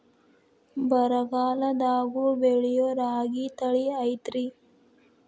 ಬರಗಾಲದಾಗೂ ಬೆಳಿಯೋ ರಾಗಿ ತಳಿ ಐತ್ರಿ?